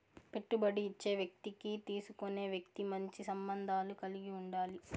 పెట్టుబడి ఇచ్చే వ్యక్తికి తీసుకునే వ్యక్తి మంచి సంబంధాలు కలిగి ఉండాలి